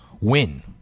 win